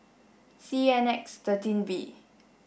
C N X thirteen V